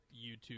YouTube